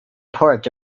parked